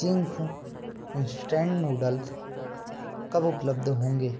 Ching's instant noodles कब उपलब्ध होंगे